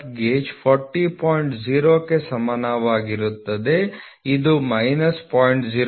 0 ಕ್ಕೆ ಸಮಾನವಾಗಿರುತ್ತದೆ ಇದು ಮೈನಸ್ 0